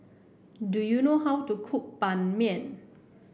do you know how to cook Ban Mian